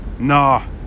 Nah